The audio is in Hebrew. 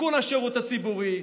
בתיקון השירות הציבורי,